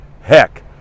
heck